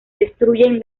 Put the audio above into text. destruyen